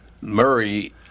Murray